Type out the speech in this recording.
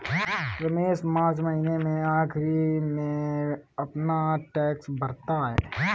रमेश मार्च महीने के आखिरी में अपना टैक्स भरता है